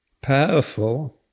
powerful